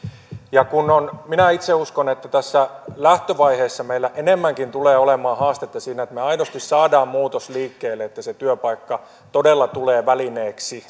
minä itse uskon että tässä lähtövaiheessa meillä enemmänkin tulee olemaan haastetta siinä että me aidosti saamme muutoksen liikkeelle että se työpaikka todella tulee välineeksi